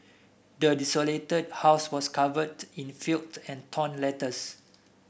the desolated house was covered in filth and torn letters